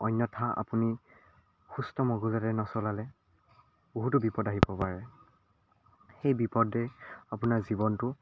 অন্যথা আপুনি সুস্থ মগজুৰে নচলালে বহুতো বিপদো আহিব পাৰে সেই বিপদে আপোনাৰ জীৱনটো